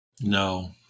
No